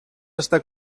estar